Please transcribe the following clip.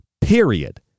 period